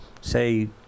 say